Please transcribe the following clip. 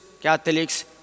Catholics